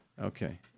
Okay